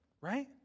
right